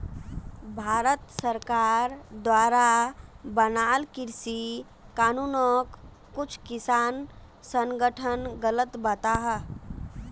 भारत सरकार द्वारा बनाल कृषि कानूनोक कुछु किसान संघठन गलत बताहा